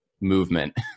movement